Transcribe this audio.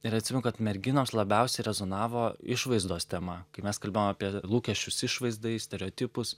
ir atsimenu kad merginoms labiausiai rezonavo išvaizdos tema kai mes kalbėjom apie lūkesčius išvaizdai stereotipus